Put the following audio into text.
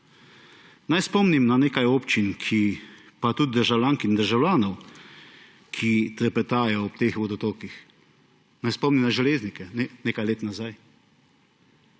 Naj spomnim na nekaj občin, pa tudi državljank in državljanov, ki trepetajo ob teh vodotokih; naj spomnim na Železnike nekaj let nazaj,